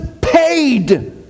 paid